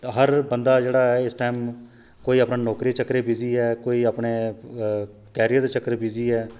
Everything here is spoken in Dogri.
हर बंदा जेह्ड़ा ऐ इस टैम कोई अपने नौकरी दे चक्करै च वीजी ऐ कोई अपने कैरियर दे चक्करै च वीजी ऐ